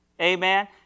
Amen